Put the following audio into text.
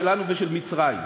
שלנו ושל מצרים.